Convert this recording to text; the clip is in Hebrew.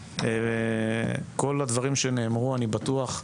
כל הדברים שנאמרו, אני בטוח,